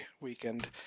weekend